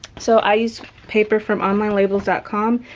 so i use paper from onlinelabels ah com,